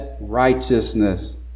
righteousness